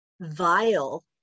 vile